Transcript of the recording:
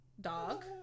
dog